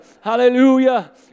hallelujah